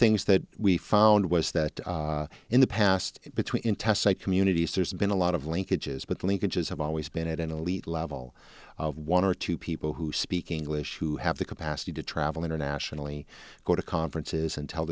things that we found was that in the past between intestate communities there's been a lot of linkages but the linkages have always been at an elite level of one or two people who speak english who have the capacity to travel internationally go to conferences and tell